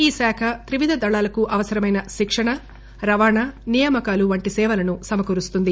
ఈ శాఖ త్రివిధ దళాలకు అవసరమైన శిక్షణ రవాణా నియామకాలు వంటి సేవలను సమకూరుస్తుంది